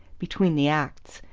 between the acts,